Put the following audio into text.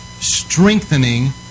strengthening